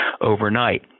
overnight